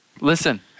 Listen